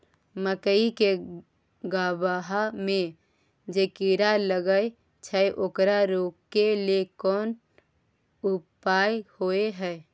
मकई के गबहा में जे कीरा लागय छै ओकरा रोके लेल कोन उपाय होय है?